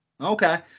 Okay